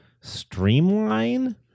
Streamline